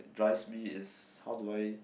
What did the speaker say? drives me is how do I